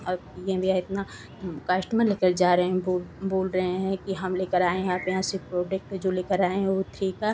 अब यह मेरा इतना कस्टमर लेकर जा रहे हैं बोल बोल रहे हैं कि हम लेकर आए हैं आप यहाँ से प्रोडक्ट जो लेकर आए हैं ओथ्री का